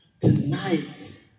Tonight